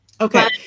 Okay